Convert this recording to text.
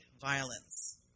violence